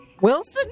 Wilson